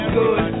good